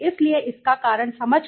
इसलिए इसका कारण समझकर